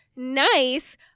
Nice